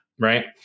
right